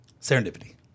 Serendipity